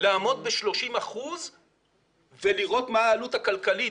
לעמוד ב-30 אחוזים ולראות מה העלות הכלכלית.